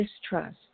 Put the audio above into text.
distrust